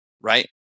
right